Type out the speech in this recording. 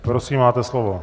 Prosím, máte slovo.